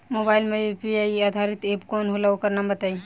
Mobile म UPI आधारित app कौन होला ओकर नाम बताईं?